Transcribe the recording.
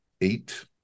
eight